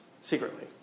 secretly